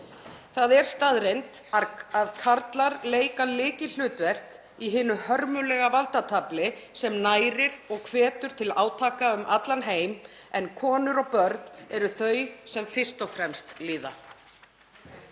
Það er staðreynd að karlar leika lykilhlutverk í hinu hörmulega valdatafli sem nærir og hvetur til átaka um allan heim en konur og börn eru þau sem fyrst og fremst líða.